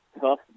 tough